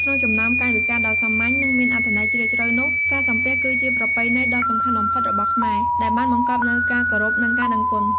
ក្នុងចំណោមកាយវិការដ៏សាមញ្ញ និងមានអត្ថន័យជ្រាលជ្រៅនោះ ការសំពះ គឺជាប្រពៃណីដ៏សំខាន់បំផុតរបស់ខ្មែរ ដែលបានបង្កប់នូវការគោរព និងការដឹងគុណ។